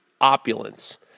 Opulence